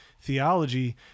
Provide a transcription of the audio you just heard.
theology